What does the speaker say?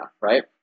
Right